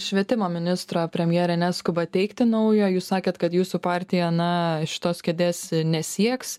švietimo ministro premjerė neskuba teikti naujo jūs sakėt kad jūsų partija na šitos kėdės nesieks